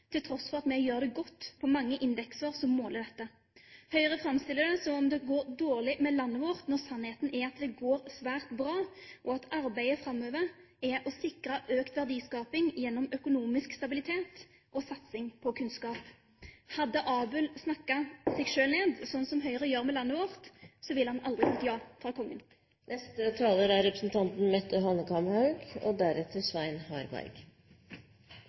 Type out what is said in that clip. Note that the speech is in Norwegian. til tross for at vi gjør det godt på mange indekser som måler dette. Høyre framstiller det som om det går dårlig med landet vårt, når sannheten er at det går svært bra, og at arbeidet framover er å sikre økt verdiskaping gjennom økonomisk stabilitet og satsing på kunnskap. Hadde Abel snakket seg selv ned, slik Høyre gjør med landet vårt, ville han aldri fått ja fra kongen. Den danske forskeren og matematikeren Piet Hein sa: «Der er noget fint og